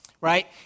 right